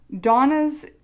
Donna's